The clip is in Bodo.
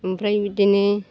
ओमफ्राय बिदिनो